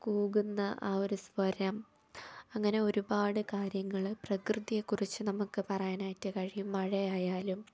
കൂകുന്ന ആ ഒരു സ്വരം അങ്ങനെ ഒരുപാട് കാര്യങ്ങൾ പ്രകൃതിയെക്കുറിച്ച് നമുക്ക് പറയാനായിട്ട് കഴിയും മഴയായാലും